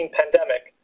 pandemic